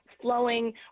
flowing